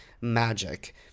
magic